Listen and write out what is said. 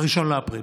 1 באפריל.